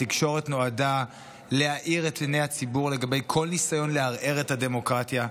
התקשורת נועדה להאיר את עיני הציבור לגבי כל ניסיון לערער את הדמוקרטיה,